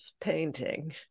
painting